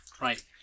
Right